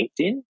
LinkedIn